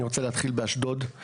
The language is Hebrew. אני רוצה להתחיל באשדוד,